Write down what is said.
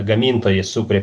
gamintojai sukuria